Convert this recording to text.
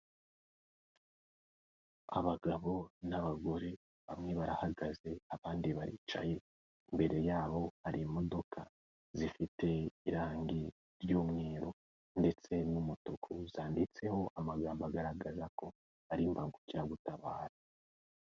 Abagabo n'abagore bamwe barahagaze abandi baricaye, imbere yabo hari imodoka zifite irangi ry'umweru ndetse n'umutuku zanditseho amagambo agaragaza ko ari imbangukiragutabara.